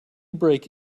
break